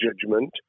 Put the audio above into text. judgment